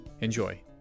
Enjoy